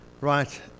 right